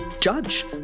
judge